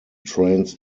trains